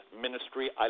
ministry